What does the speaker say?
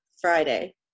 Friday